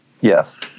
Yes